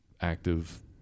active